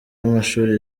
w’amashuri